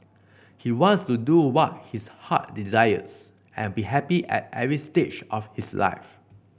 he wants to do what his heart desires and be happy at every stage of his life